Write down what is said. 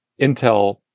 Intel